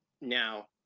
now